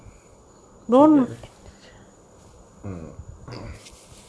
he get a